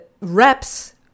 reps